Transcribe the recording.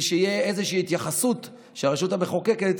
שתהיה איזושהי התייחסות לכך שהרשות המחוקקת